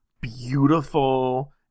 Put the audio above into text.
beautiful